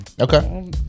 Okay